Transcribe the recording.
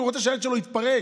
כי הוא רוצה שהילד שלו יתפרק,